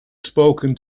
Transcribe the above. spoken